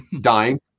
dying